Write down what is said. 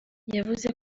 yavuze